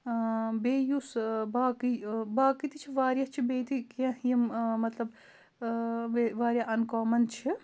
بیٚیہِ یُس باقٕے باقٕے تہِ چھِ واریاہ چھِ بیٚیہِ تہِ کینٛہہ یِم مطلب واریاہ اَنکامَن چھِ